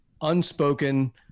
unspoken